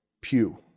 pew